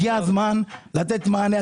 הגיע הזמן לתת מענה.